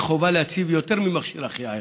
חובה להציב יותר ממכשיר החייאה אחד.